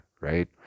right